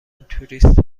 توریست